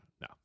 no